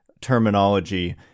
terminology